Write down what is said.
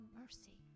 mercy